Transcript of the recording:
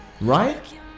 right